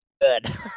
good